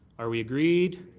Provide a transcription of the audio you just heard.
are we agreed?